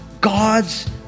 God's